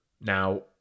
Now